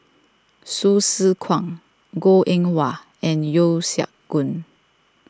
Hsu Tse Kwang Goh Eng Wah and Yeo Siak Goon